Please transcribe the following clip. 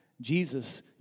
Jesus